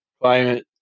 Climate